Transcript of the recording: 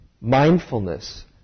mindfulness